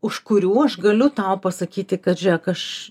už kurių aš galiu tau pasakyti kad žiūrėk aš